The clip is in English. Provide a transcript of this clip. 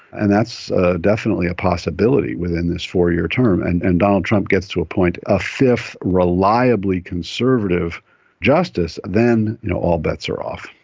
and that's ah definitely a possibility within this four-year term, and and donald trump gets to appoint a fifth reliably conservative justice, then you know all bets are off.